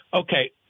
Okay